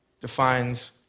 defines